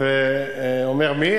הוא אומר: מי?